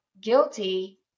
guilty